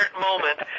moment